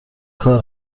کار